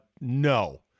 No